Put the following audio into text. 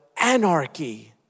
anarchy